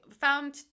found